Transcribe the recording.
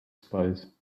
spies